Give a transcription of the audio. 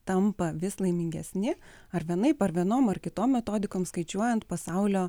tampa vis laimingesni ar vienaip ar vienom ar kitom metodikom skaičiuojant pasaulio